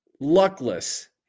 luckless